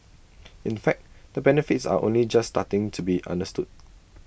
in fact the benefits are only just starting to be understood